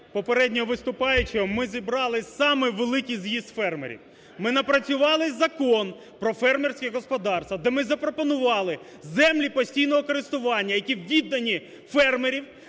попереднього виступаючого ми зібрали самий великий з'їзд фермерів. Ми напрацювали Закон про фермерські господарства, де ми запропонували землі постійного користування, які віддані фермерам,